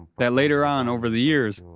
that later on, over the years,